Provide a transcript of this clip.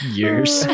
years